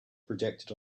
projected